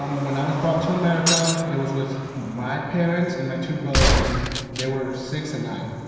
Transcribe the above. um when i was brought to america, it was with my parents and my two brothers when they were six and nine.